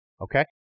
Okay